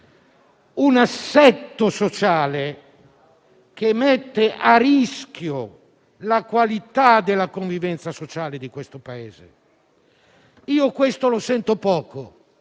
un assetto sociale che mette a rischio la qualità della convivenza sociale di questo Paese. Io questo lo sento poco,